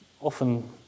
often